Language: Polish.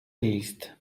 list